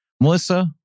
Melissa